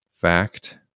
fact